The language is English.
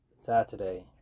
Saturday